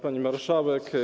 Pani Marszałek!